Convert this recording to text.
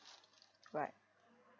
right